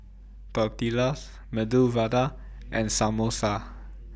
Tortillas Medu Vada and Samosa